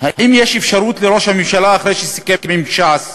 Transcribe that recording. אם יש אפשרות לראש הממשלה, אחרי שסיכם עם ש"ס,